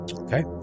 Okay